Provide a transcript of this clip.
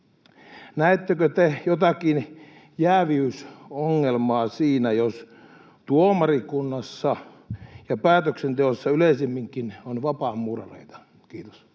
näettekö te jotakin jääviysongelmaa siinä, jos tuomarikunnassa ja päätöksenteossa yleisemminkin on vapaamuurareita? — Kiitos.